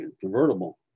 convertible